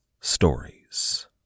stories